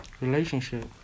Relationship